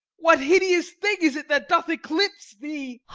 what hideous thing is it that doth eclipse thee?